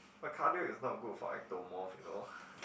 but cardio is not good for ectomorph you know